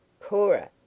Cora